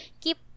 keep